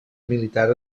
militar